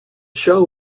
show